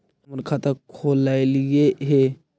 हम खाता खोलैलिये हे?